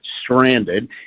stranded